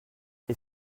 est